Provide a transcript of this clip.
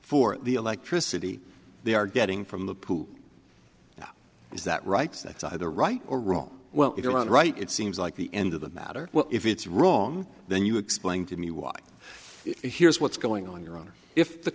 for the electricity they are getting from the pool is that right that's either right or wrong well if you're not right it seems like the end of the matter if it's wrong then you explain to me why here's what's going on your honor if the